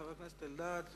חבר הכנסת אריה אלדד.